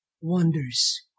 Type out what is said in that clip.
wonders